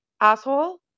Asshole